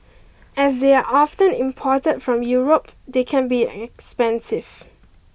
as they are often imported from Europe they can be expensive